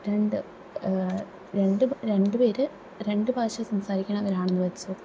രണ്ട് രണ്ടു രണ്ടുപേര് രണ്ട് ഭാഷ സംസാരിക്കുന്നവരാണെന്ന് വെച്ചോ